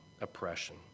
oppression